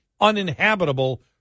uninhabitable